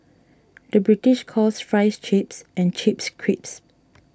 the British calls Fries Chips and Chips Crisps